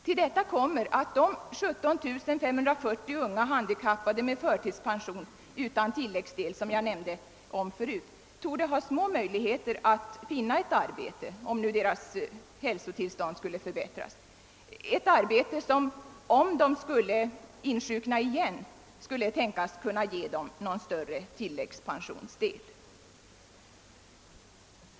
Och vad beträffar de drygt 17 540 unga handikappade med förtidspension utan tillläggsdel som jag omnämnde förut, torde de ha små möjligheter att finna ett arbete — om nu deras hälsotillstånd skulle förbättras — som, om de skulle insjukna igen, kan tänkas ge dem någon större tilläggspensionsdel.